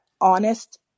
honest